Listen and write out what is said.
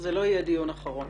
זה לא יהיה דיון אחרון